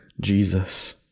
Jesus